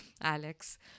Alex